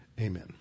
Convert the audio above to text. Amen